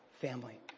family